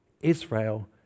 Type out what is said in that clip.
Israel